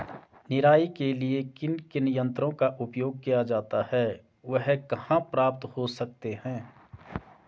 निराई के लिए किन किन यंत्रों का उपयोग किया जाता है वह कहाँ प्राप्त हो सकते हैं?